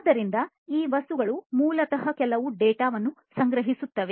ಆದ್ದರಿಂದ ಈ ವಸ್ತುಗಳು ಮೂಲತಃ ಕೆಲವು ಡೇಟಾವನ್ನು ಗ್ರಹಿಸುತ್ತವೆ